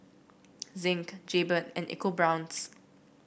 Zinc Jaybird and EcoBrown's